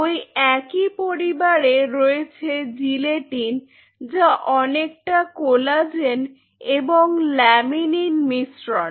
ওই একই পরিবারে রয়েছে জিলেটিন যা অনেকটা কোলাজেন এবং ল্যামিনিন মিশ্রণ